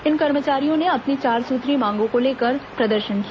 इन कर्मचारियों ने अपनी चार सूत्रीय मांगों को लेकर प्रदर्शन किया